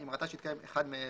אם ראתה שהתקיים אחד מאלה: